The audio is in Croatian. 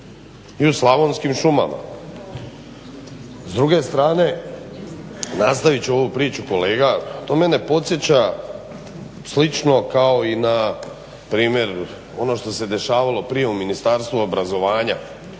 i u slavonskim šumama. S druge strane, nastavit ću ovu priču kolega, to mene podsjeća slično kao i npr. ono što se dešavalo prije u Ministarstvu obrazovanja